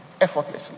effortlessly